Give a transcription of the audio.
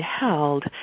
held